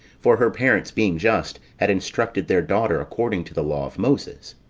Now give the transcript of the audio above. for her parents being just, had instructed their daughter according to the law of moses.